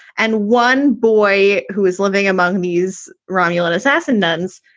and one boy who is living among these romulan assassin nuns,